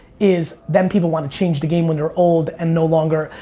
is them people wanting to change the game when they're old and no longer.